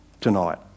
tonight